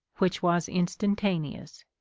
which was instantaneous.